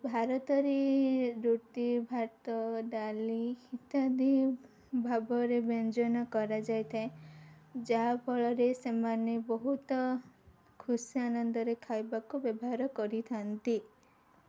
ଭାରତରେ ରୁଟି ଭାତ ଡ଼ାଲି ଇତ୍ୟାଦି ଭାବରେ ବ୍ୟଞ୍ଜନ କରାଯାଇଥାଏ ଯାହାଫଳରେ ସେମାନେ ବହୁତ ଖୁସି ଆନନ୍ଦରେ ଖାଇବାକୁ ବ୍ୟବହାର କରିଥାନ୍ତି